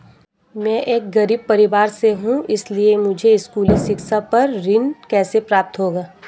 मैं एक गरीब परिवार से हूं इसलिए मुझे स्कूली शिक्षा पर ऋण कैसे प्राप्त होगा?